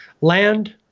land